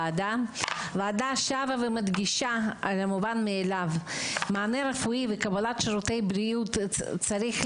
הוועדה מדגישה את המובן מאליו: מענה רפואי וקבלת שירותי בריאות צריכים